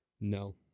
No